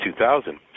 2000